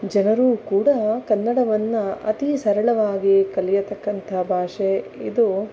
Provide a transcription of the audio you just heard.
ಜನರೂ ಕೂಡ ಕನ್ನಡವನ್ನ ಅತೀ ಸರಳವಾಗಿ ಕಲಿಯತಕ್ಕಂತಹ ಭಾಷೆ ಇದು